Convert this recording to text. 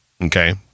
Okay